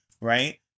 Right